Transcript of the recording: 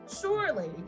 surely